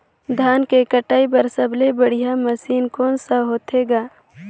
धान के कटाई बर सबले बढ़िया मशीन कोन सा होथे ग?